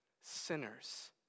sinners